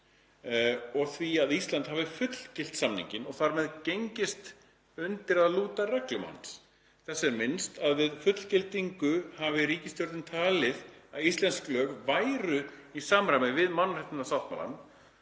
og því að Ísland hafi fullgilt samninginn og þar með gengist undir að lúta reglum hans. Þess er minnst að við fullgildingu hafi ríkisstjórnin talið að íslensk lög væru í samræmi við mannréttindasáttmálann,